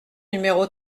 numéro